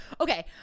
Okay